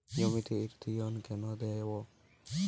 জমিতে ইরথিয়ন কেন দেবো?